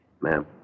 Ma'am